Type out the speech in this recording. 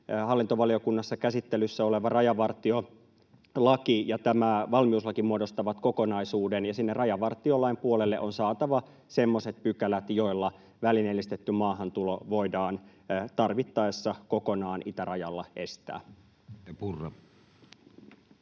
hallintovaliokunnassa käsittelyssä oleva rajavartiolaki ja tämä valmiuslaki muodostavat kokonaisuuden, ja sinne rajavartiolain puolelle on saatava semmoiset pykälät, joilla välineellistetty maahantulo voidaan tarvittaessa kokonaan itärajalla estää.